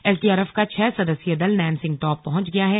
SDRF का छह सदस्यीय दल नैनसिंह टॉप पहुंच गया है